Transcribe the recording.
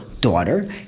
daughter